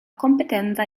competenza